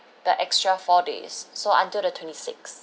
the extra four days so until the twenty sixth